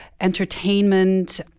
entertainment